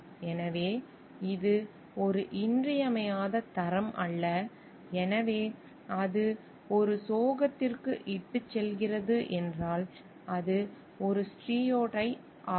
எனவே இது ஒரு இன்றியமையாத தரம் அல்ல எனவே அது ஒரு சோகத்திற்கு இட்டுச் செல்கிறது என்றால் அது ஒரு ஸ்டீரியோடைப் ஆகும்